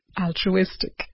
altruistic